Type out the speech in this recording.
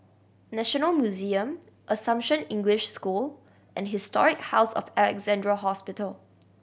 National Museum Assumption English School and Historic House of Alexandra Hospital